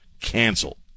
Cancel